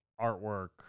artwork